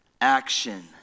action